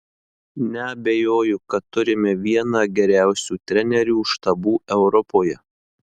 neabejoju kad turime vieną geriausių trenerių štabų europoje